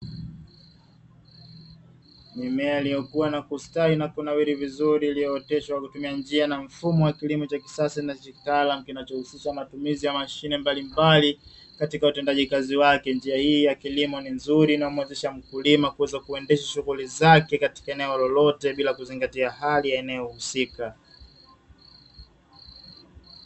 Mimea iliyokua na kustawi na kunawiri vizuri iliyooteshwa kwa kutumia njia na mfumo wa kilimo cha kisasa na cha kitaalamu kinachohusisha matumizi ya mashine mbalimbali katika utendaji kazi wake, njia hii ya kilimo ni nzuri inamuwezesha mkulima kuweza kuendesha shughuli zake katika eneo lolote bila kuzingatia hali ya eneo husika.